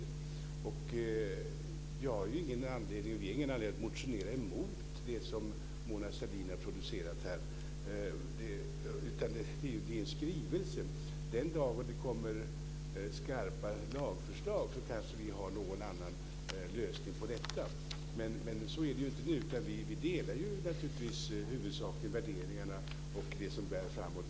Jag och vi har ingen anledning att motionera emot den skrivelse som Mona Sahlin har producerat. Den dag när det kommer skarpa lagförslag har vi kanske någon annan lösning att anvisa, men så är det inte nu, utan vi delar naturligtvis huvudsakligen värderingarna och det som framhålls.